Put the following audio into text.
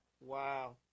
wow